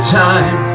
time